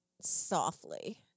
softly